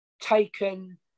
taken